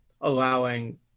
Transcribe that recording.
allowing